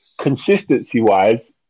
consistency-wise